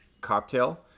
cocktail